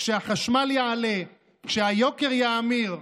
כשהחשמל יעלה, כשהיוקר יאמיר,